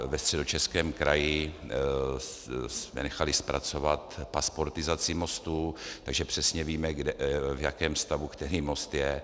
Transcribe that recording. Ve Středočeském kraji jsme nechali zpracovat pasportizaci mostů, takže přesně víme, v jakém stavu který most je.